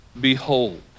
behold